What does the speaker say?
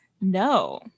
no